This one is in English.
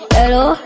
Hello